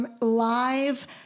Live